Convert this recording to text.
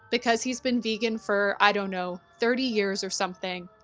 because he's been vegan for, i don't know, thirty years or something.